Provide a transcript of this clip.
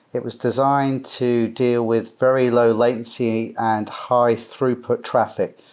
it was designed to deal with very low-latency and high throughput traffic.